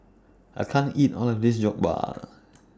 I can't eat All of This Jokbal